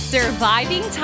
Surviving